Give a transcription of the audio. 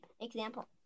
Example